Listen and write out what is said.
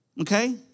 okay